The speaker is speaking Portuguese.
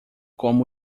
como